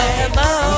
hello